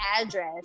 address